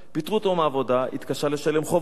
פיטרו אותו מהעבודה, התקשה לשלם חובות.